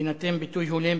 יינתן ביטוי הולם,